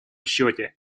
счете